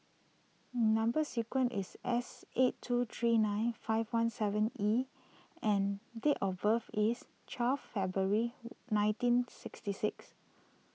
Number Sequence is S eight two three nine five one seven E and date of birth is twelfth February nineteen sixty six